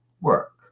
work